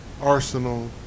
Arsenal